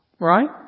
right